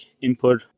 input